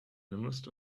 mist